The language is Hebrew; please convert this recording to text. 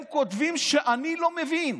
הם כותבים שאני לא מבין.